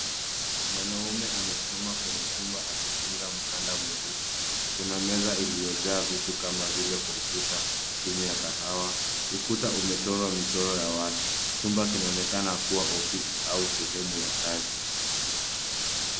Mwanaume amesimama kwenye chumba akifunga mkanda mweusi. Kuna meza iliyojaa vitu kama vile kompyuta, simu ya kahawa. Ukuta umechorwa michoro ya watu. Chumba inaonekana kuwa ofisi au sehemu ya kazi.